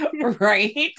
right